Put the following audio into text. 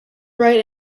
write